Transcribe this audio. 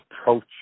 approach